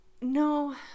No